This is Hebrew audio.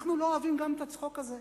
אנחנו לא אוהבים גם את הצחוק הזה,